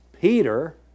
Peter